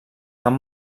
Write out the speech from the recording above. van